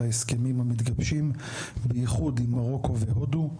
ההסכמים המתגבשים ביחוד עם מרוקו והודו,